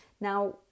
Now